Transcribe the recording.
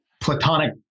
platonic